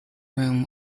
room